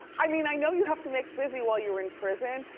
i mean, i know you have to make busy while you're in prison,